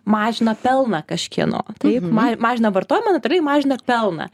mažina pelną kažkieno taip ma mažina vartojimą natūraliai mažina pelną